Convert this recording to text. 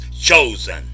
chosen